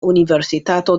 universitato